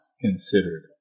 considered